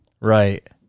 Right